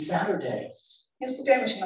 Saturday